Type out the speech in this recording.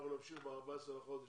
אנחנו נמשיך ב-14 בחודש,